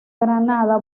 granada